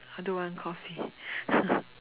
I don't want Coffee